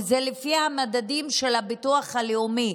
וזה לפי המדדים של הביטוח הלאומי.